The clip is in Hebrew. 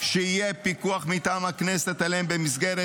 שיהיה פיקוח מטעם הכנסת עליהן במסגרת